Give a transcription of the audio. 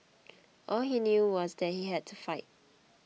all he knew was that he had to fight